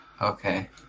Okay